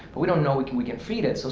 but we don't know we can we can feed it. so